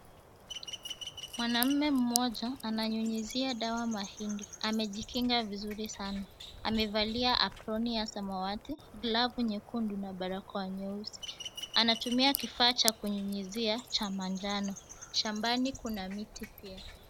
Mwanaume mmoja ananyunyizia dawa mahindi, amejikinga vizuri sana amevalia aproni ya samawati, glavu nyekundu na barakoa nyeusi. Anatumia kifaa cha kunyunyizia cha manjano. Shambani kuna miti pia.